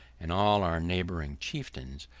and all our neighbouring chieftains,